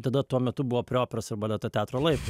tada tuo metu buvo prie operos ir baleto teatro laiptų